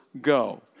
Go